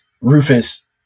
Rufus